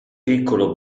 piccolo